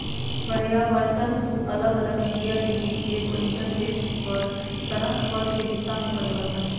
परावर्तन दू अलग मीडिया के बीच एगो इंटरफेस पर तरंगफ्रंट के दिशा में परिवर्तन हइ